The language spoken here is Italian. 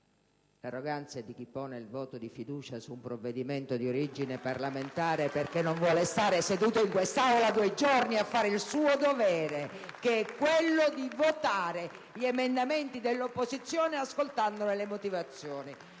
L'arroganza è di chi pone il voto di fiducia su un provvedimento di origine parlamentare perché non vuole stare seduto in quest'Aula due giorni a fare il suo dovere, che è quello di votare gli emendamenti dell'opposizione ascoltandone le motivazioni.